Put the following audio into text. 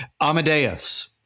Amadeus